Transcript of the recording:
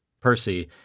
Percy